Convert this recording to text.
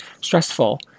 stressful